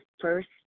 first